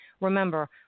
Remember